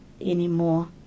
anymore